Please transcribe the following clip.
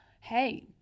hey